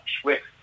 Swift